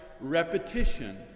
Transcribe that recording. repetition